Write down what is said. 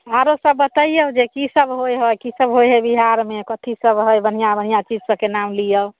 आरो सब बतैयौ कि की सब होइ हइ की सब होइ हइ बिहारमे की सब हइ बढ़िऑं बढ़िऑं चीज सबके नाम लियौ